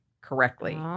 correctly